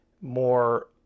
more